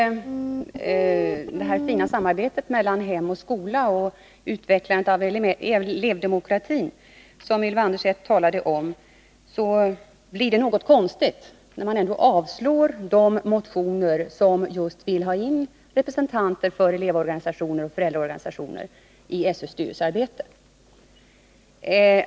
Fru talman! Det verkar något underligt när Ylva Annerstedt talar om det fina samarbetet mellan hem och skola och utvecklandet av elevdemokratin, samtidigt som utskottsmajoriteten avstyrker de motioner som vill ha in representanter för elevoch föräldraorganisationer i SÖ:s styrelse.